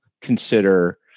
consider